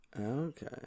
Okay